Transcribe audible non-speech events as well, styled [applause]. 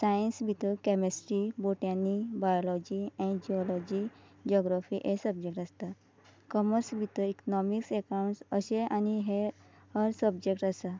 science भितर chemistry botany biology and geology geography हे subject आसता कॉमर्स भितर इकनॉमिक्स एकाउंट्स अशें आनी हेर [unintelligible] सबजेक्ट आसा